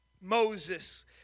Moses